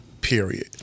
period